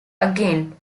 again